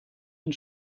hun